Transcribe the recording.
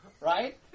Right